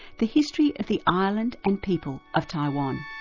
the history of the island and people of taiwan.